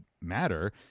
matter